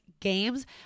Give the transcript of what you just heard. games